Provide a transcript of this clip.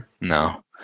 No